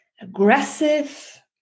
aggressive